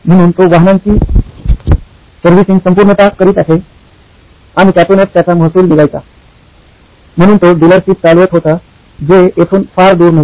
म्हणून तो वाहनांची सर्व्हिसिंग संपूर्णतः करीत असे आणि त्यातूनच त्याचा महसूल निघायचा म्हणून तो डीलरशिप चालवत होता जे येथून फार दूर नव्हती